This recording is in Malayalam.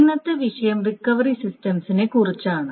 ഇന്നത്തെ വിഷയം റിക്കവറി സിസ്റ്റംസിനെക്കുറിച്ചാണ്